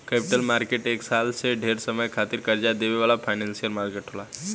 capital market एक साल से ढेर समय खातिर कर्जा देवे वाला फाइनेंशियल मार्केट होला